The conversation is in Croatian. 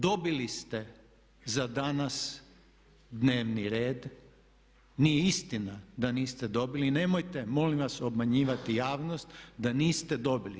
Dobili ste za danas dnevni red, nije istina da niste dobili i nemojte molim vas obmanjivati javnost da niste dobili.